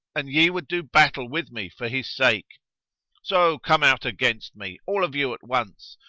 and ye would do battle with me for his sake' so come out against me, all of you at once,